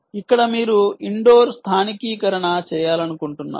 ఇక్కడ మీరు ఇండోర్ స్థానికీకరణ చేయాలనుకుంటున్నారు